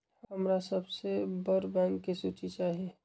हमरा सबसे बड़ बैंक के सूची चाहि